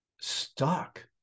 stuck